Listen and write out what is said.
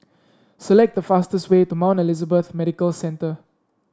select the fastest way to Mount Elizabeth Medical Centre